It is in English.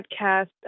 podcast